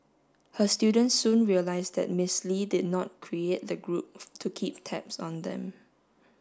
her students soon realised that Miss Lee did not create the group to keep tabs on them